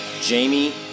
Jamie